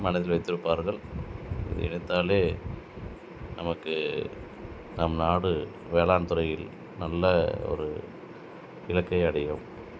மனதில் வைத்திருப்பார்கள் நினைத்தாலே நமக்கு நம் நாடு வேளாண்துறையில் நல்ல ஒரு இலக்கை அடையும்